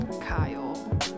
Kyle